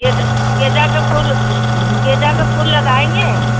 गेंदा गेंदा के फूल गेंदा के फूल लगाएँगे